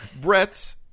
Brett